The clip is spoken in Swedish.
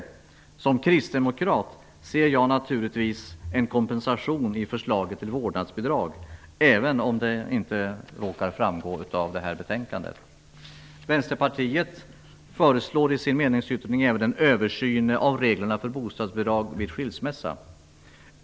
Såsom kristdemokrat ser jag naturligtvis en kompensation i förslaget till vårdnadsbidrag, även om det inte råkar framgå av betänkandet. Vänsterpartiet föreslår i sin meningsyttring även en översyn av reglerna för bostadsbidrag vid skilsmässa.